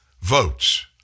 Votes